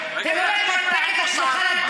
על רוקחים,